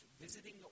visiting